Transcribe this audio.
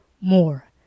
more